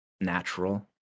natural